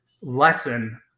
lesson